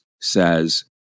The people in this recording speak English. says